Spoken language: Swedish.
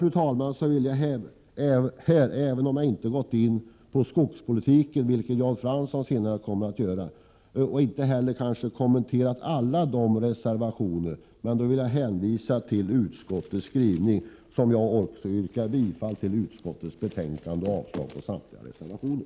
Med det anförda vill jag — även om jag inte har berört skogspolitiken, vilket Jan Fransson senare kommer att göra, och inte kommenterat alla reservationer — hänvisa till utskottets skrivningar. Jag yrkar bifall till utskottets hemställan och avslag på samtliga reservationer.